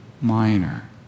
Minor